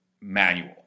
manual